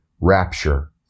rapture